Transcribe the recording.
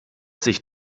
sich